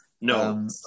No